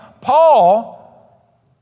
Paul